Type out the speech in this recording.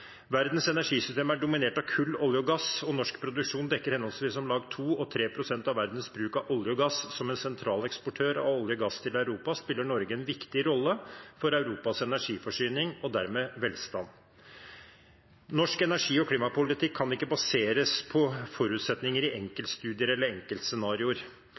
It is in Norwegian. Verdens energisystem er dominert av kull, olje og gass, og norsk produksjon dekker henholdsvis om lag 2 pst. og 3 pst. av verdens bruk av olje og gass. Som en sentral eksportør av olje og gass til Europa spiller Norge en viktig rolle for Europas energiforsyning og dermed velstand. Norsk energi- og klimapolitikk kan ikke baseres på forutsetninger i enkeltstudier eller enkeltscenarioer. Det er utviklet mange ulike scenarioer